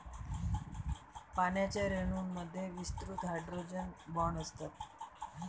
पाण्याच्या रेणूंमध्ये विस्तृत हायड्रोजन बॉण्ड असतात